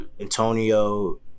Antonio